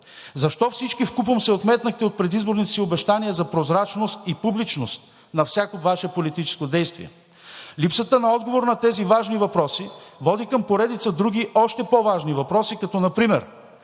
Защо всички вкупом се отметнахте от предизборните си обещания за прозрачност и публичност на всяко Ваше политическо действие? Липсата на отговор на тези важни въпроси води към поредица други още по-важни въпроси, като например: